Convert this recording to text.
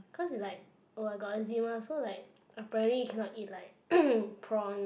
cause it's like oh I got eczema so like apparently you cannot eat like prawn